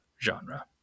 genre